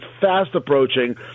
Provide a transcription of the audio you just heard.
fast-approaching